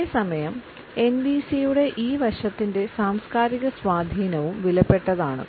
അതേസമയം എൻവിസിയുടെ ഈ വശത്തിൻറെ സാംസ്കാരിക സ്വാധീനവും വിലപ്പെട്ടതാണ്